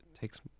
takes